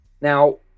Now